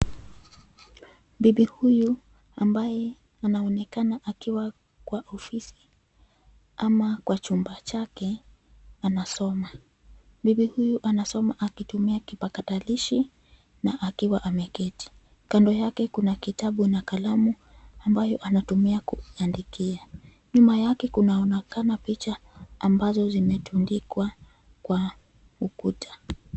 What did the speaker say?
Bibi huyu ambaye anaonekana akiwa kwa ofisi, ama kwa chumba chake anasoma. Bibi huyu anasoma akitumia kipakatalishi na akiwa ameketi. Kando yake kuna kitabu na kalamu ambayo anatumia kuandikia. Nyuma yake kunaonekana picha ambazo zimetundikwa kwa ukuta.